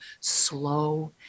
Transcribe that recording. Slow